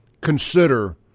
consider